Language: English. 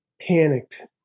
Panicked